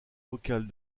vocale